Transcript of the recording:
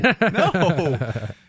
no